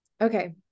Okay